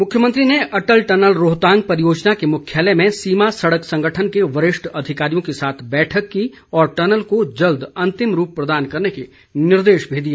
मुख्यमंत्री ने अटल टनल रोहतांग परियोजना के मुख्यालय में सीमा सड़क संगठन के वरिष्ठ अधिकारियों के साथ बैठक की और टनल को जल्द अंतिम रूप प्रदान करने के निर्देश भी दिए